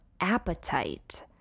appetite